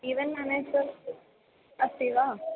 event manager अस्ति वा